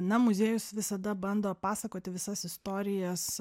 na muziejus visada bando pasakoti visas istorijas